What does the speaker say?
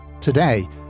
Today